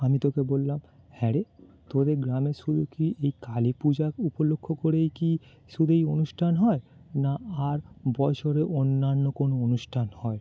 আমি তাকে বললাম হ্যাঁ রে তোদের গ্রামে শুধু কি এই কালী পূজা উপলক্ষ্য করেই কি শুধু এই অনুষ্ঠান হয় না আর বছরে অন্যান্য কোনো অনুষ্ঠান হয়